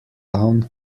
town